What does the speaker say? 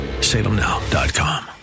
Salemnow.com